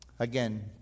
Again